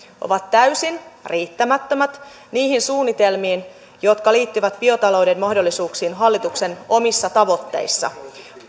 ovat täysin riittämättömät niihin suunnitelmiin jotka liittyvät biotalouden mahdollisuuksiin hallituksen omissa tavoitteissa